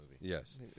Yes